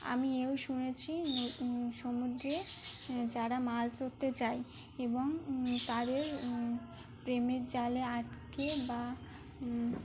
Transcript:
আমি এও শুনেছি সমুদ্রে যারা মাছ ধরতে চায় এবং তাদের প্রেমের জালে আটকে বা